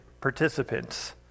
participants